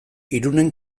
irunen